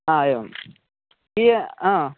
आ एवम् इय् आ